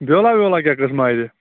بیولہ ویولہ کیاہ قسمہ اَتہِ